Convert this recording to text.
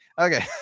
Okay